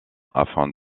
afin